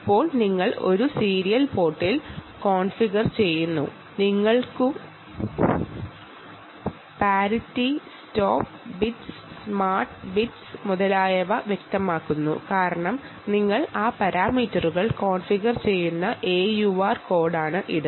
ഇപ്പോൾ നിങ്ങൾ ഒരു സീരിയൽ പോർട്ടിൽ കോൺഫിഗർ ചെയ്യുന്നു എന്നു കരുതുക റഫർ സമയം 3514 നിരക്കുകൾ parity stop bits start bits മുതലായവ വ്യക്തമാക്കുന്നു കാരണം നിങ്ങൾ ആ പാരാമീറ്ററുകൾ കോൺഫിഗർ ചെയ്യുന്ന AUR കോഡാണ് ഇത്